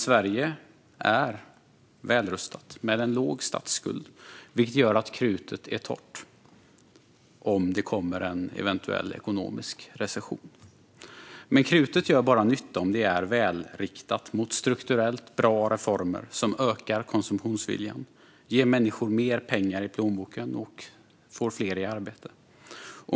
Sverige är dock välrustat med en låg statsskuld, vilket gör att krutet är torrt om det kommer en eventuell ekonomisk recession. Men krutet gör bara nytta om det är välriktat mot strukturellt bra reformer som ökar konsumtionsviljan, ger människor mer pengar i plånboken och får fler i arbete.